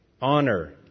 honor